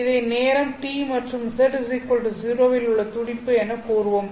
இதை நேரம் t மற்றும் z0 இல் உள்ள துடிப்பு என கூறுவோம்